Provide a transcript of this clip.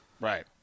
Right